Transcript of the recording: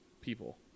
people